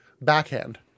backhand